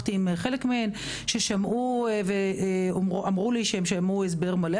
ששמעו הסבר מלא,